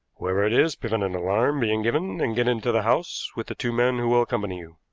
whoever it is, prevent an alarm being given and get into the house with the two men who will accompany you.